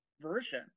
version